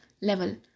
level